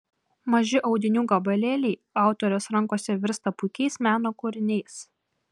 maži audinių gabalėliai autorės rankose virsta puikiais meno kūriniais